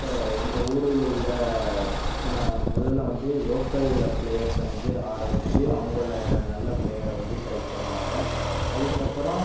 இப்போது எங்கள் ஊரில் உள்ள முதலில் வந்து லோக்கலில் பிளேயர்ஸை வந்து ஆடவச்சு அவர்களில் நல்ல பிளேயரை வந்து செலெக்ட் பண்ணுவாங்க அதுக்கப்புறம்